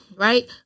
right